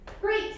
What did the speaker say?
Great